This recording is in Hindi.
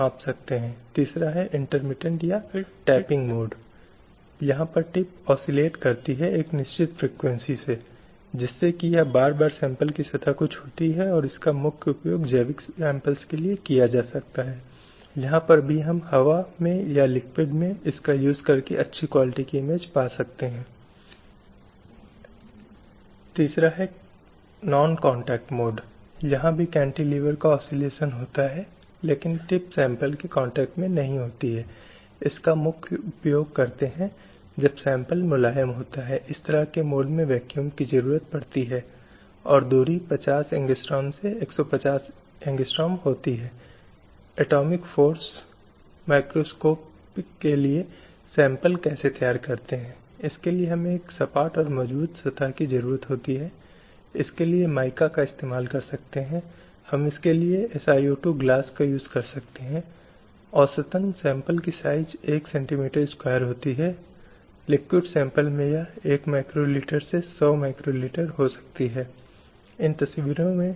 स्लाइड समय संदर्भ 2421 अब 1979 में फिर महिलाओं के खिलाफ भेदभाव के मुद्दे के संबंध में सबसे महत्वपूर्ण कदमों में से एक आया और यह कहीं न कहीं महिलाओं के अधिकारों के लिए एक अंतर्राष्ट्रीय बिल के रूप में देखा जाता है क्योंकि यह अंतर्राष्ट्रीय स्तर पर विभिन्न मुद्दों को संबोधित करता था राज्य की जिम्मेदारियों पर प्रकाश डालता है राज्य के दलों के विशिष्ट दायित्वों के साथ उन विभिन्न दायित्वों को लाते हैं जिन्हें वे निर्वहन करने वाले थे और यह है कि एक महत्वपूर्ण अंतर बनाया या समाज और राज्य में महिलाओं की स्थिति और अधिकारों पर फिर से जोर देने की कोशिश की